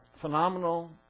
phenomenal